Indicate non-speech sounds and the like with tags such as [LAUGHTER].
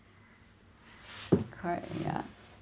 [BREATH] correct